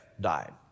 died